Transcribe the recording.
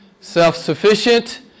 self-sufficient